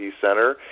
Center